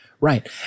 Right